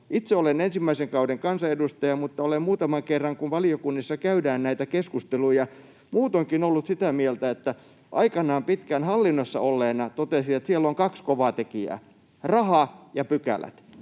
Itse olen ensimmäisen kauden kansanedustaja, mutta olen muutaman kerran, kun valiokunnissa käydään näitä keskusteluja, muutoinkin ollut sitä mieltä — aikanaan pitkään hallinnossa olleena totesin näin — että siellä on kaksi kovaa tekijää: raha ja pykälät.